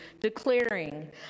declaring